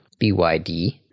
BYD